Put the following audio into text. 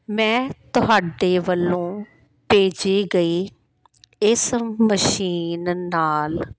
ਮੈਂ ਤੁਹਾਡੇ ਵੱਲੋਂ ਭੇਜੀ ਗਈ ਇਸ ਮਸ਼ੀਨ ਨਾਲ